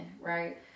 Right